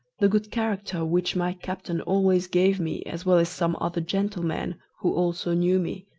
the good character which my captain always gave me as well as some other gentlemen who also knew me,